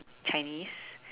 Chinese